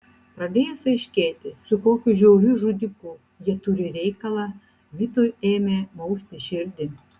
pradėjus aiškėti su kokiu žiauriu žudiku jie turi reikalą vitui ėmė mausti širdį